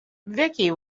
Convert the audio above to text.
vicky